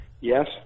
yes